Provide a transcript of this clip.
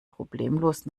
problemlos